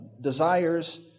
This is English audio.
desires